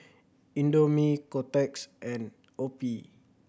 Indomie Kotex and OPI